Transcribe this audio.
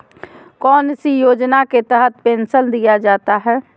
कौन सी योजना के तहत पेंसन दिया जाता है?